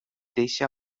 deixa